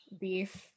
beef